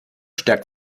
stärkt